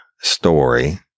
story